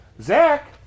Zach